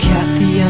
Kathy